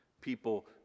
people